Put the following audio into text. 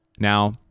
Now